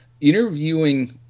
interviewing